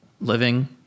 living